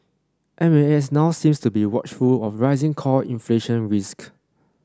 M A S now seems to be watchful of rising core inflation risks